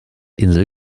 insel